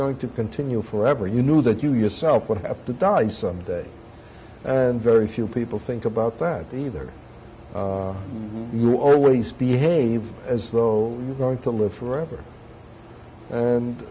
going to continue forever you knew that you yourself would have to die someday and very few people think about that either you always behave as though you're going to live forever and